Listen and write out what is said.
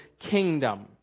Kingdom